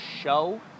show